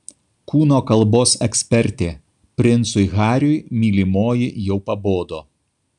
kūno kalbos ekspertė princui hariui mylimoji jau pabodo